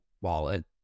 wallet